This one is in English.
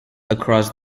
across